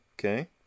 Okay